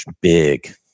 big